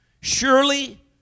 surely